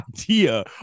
idea